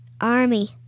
army